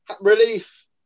relief